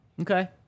Okay